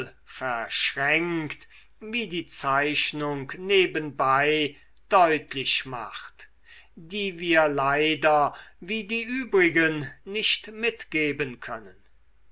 verschränkt wie die zeichnung nebenbei deutlich macht die wir leider wie die übrigen nicht mitgeben können